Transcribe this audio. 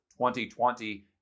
2020